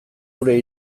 gure